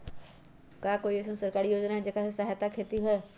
का कोई अईसन सरकारी योजना है जेकरा सहायता से खेती होय?